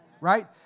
right